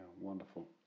wonderful